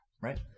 Right